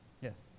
Yes